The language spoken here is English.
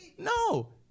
no